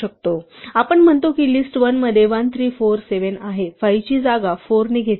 आपण म्हणतो की list 1 मध्ये 1 3 4 7 आहे 5 ची जागा 4 ने घेतली आहे